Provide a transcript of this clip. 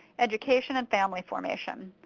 education, and family formation.